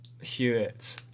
Hewitt